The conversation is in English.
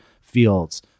fields